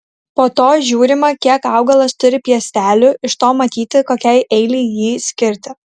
po to žiūrima kiek augalas turi piestelių iš to matyti kokiai eilei jį skirti